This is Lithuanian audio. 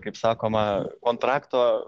kaip sakoma kontrakto